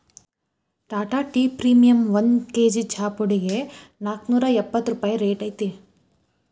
Tata tea premium ಒಂದ್ KG ಚಾಪುಡಿಗೆ ನಾಲ್ಕ್ನೂರಾ ಎಪ್ಪತ್ ರೂಪಾಯಿ ರೈಟ್ ಐತಿ